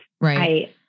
right